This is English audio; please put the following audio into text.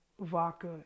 vodka